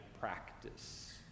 practice